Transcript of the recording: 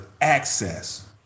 access